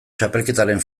txapelketaren